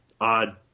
odd